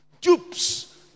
dupes